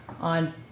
on